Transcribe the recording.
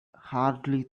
hardly